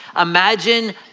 Imagine